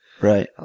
Right